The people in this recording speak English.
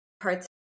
parts